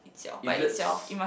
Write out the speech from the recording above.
if let's